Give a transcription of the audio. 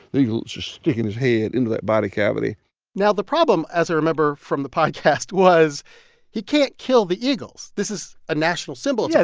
the eagle just sticking its head into that body cavity now the problem, as i remember, from the podcast was he can't kill the eagles this is a national symbol. yeah